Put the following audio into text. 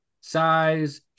size